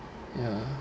ya